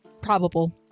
probable